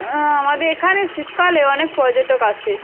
আমাদের এখানে শীতকালে অনেক পর্যটক আসে